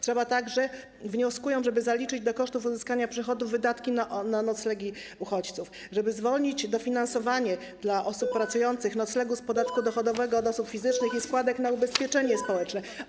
Trzeba także - wnioskują - żeby zaliczyć do kosztów uzyskania przychodów wydatki na noclegi uchodźców, żeby zwolnić dofinansowanie dla osób pracujących noclegu z podatku dochodowego od osób fizycznych i składek na ubezpieczenie społeczne.